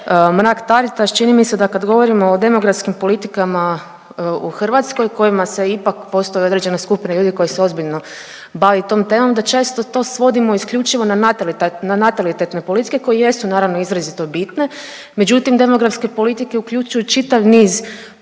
Mrak Taritaš. Čini mi se da kad govorimo o demografskim politikama u Hrvatskoj u kojima se ipak postoje određene skupine ljudi koji se ozbiljno bavi tom temom, da često to svodimo isključivo na natalitetne politike koje jesu naravno izrazito bitne, međutim demografske politike uključuju čitav niz područja